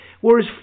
Whereas